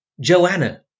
Joanna